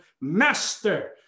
master